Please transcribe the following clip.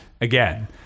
again